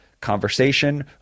conversation